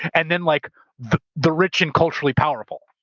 and then like the the rich and culturally powerful.